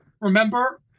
Remember